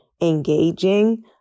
engaging